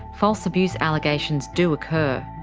false abuse allegations do occur.